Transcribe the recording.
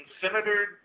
senator